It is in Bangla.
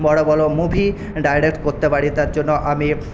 বড়ো বড়ো মুভি ডায়রেক্ট করতে পারি তার জন্য আমি